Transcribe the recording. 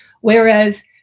Whereas